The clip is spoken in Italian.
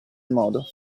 modo